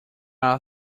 are